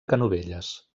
canovelles